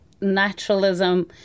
naturalism